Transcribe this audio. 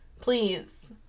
Please